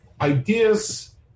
Ideas